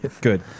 Good